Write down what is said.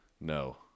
No